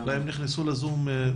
לא נמצאים?